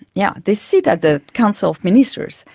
yeah they sit at the council of ministers.